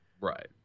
right